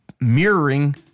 mirroring